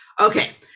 Okay